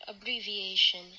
abbreviation